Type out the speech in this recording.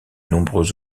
nombreux